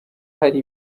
hari